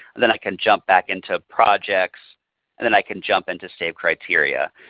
then i can jump back into projects and then i can jump into saved criteria.